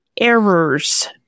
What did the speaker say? errors